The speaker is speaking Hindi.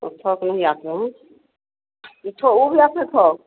अच्छा वह थोक नहीं आती है अच्छा वह भी आती है थोक